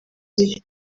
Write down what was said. ibiri